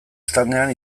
standean